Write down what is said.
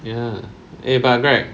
ya eh but greg